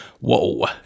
whoa